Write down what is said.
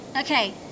Okay